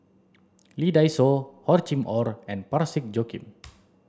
Lee Dai Soh Hor Chim Or and Parsick Joaquim